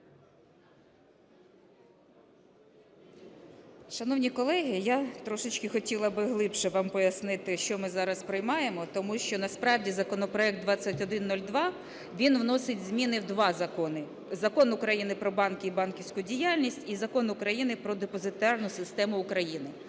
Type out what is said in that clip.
Шановні колеги, я трошечки хотіла би глибше вам пояснити, що ми зараз приймаємо. Тому що насправді законопроект 2102 він вносить зміни в два закони, Закон України "Про банки і банківську діяльність", і Закон України "Про депозитарну систему України".